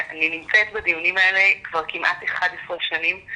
אני נמצאת בדיונים האלה כבר כמעט 11 שנים.